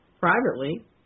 privately